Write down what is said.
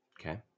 Okay